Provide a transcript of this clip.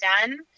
done